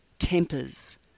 tempers